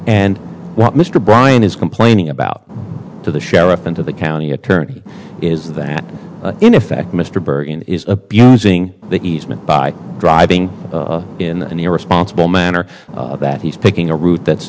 and what mr bryan is complaining about to the sheriff and to the county attorney is that in effect mr bergen is abusing the easement by driving in an irresponsible manner that he's picking a route that's